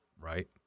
right